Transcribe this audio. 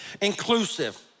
Inclusive